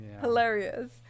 Hilarious